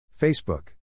Facebook